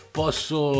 posso